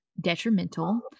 detrimental